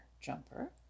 Jumper